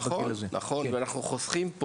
ואנחנו חוסכים,